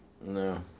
No